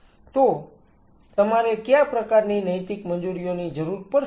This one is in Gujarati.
તો તમારે કયા પ્રકારની નૈતિક મંજૂરીઓની જરૂર પડશે